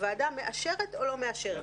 הוועדה מאשרת או לא מאשרת.